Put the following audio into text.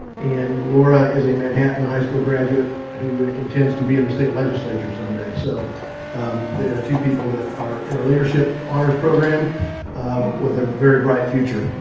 and laura is a manhattan high school graduate who intends to be in the state legislature someday. so they are two people that are in our leadership honors program with a very bright future.